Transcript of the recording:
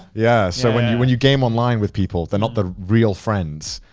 yeah. so when you when you game online with people, they're not the real friends.